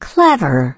Clever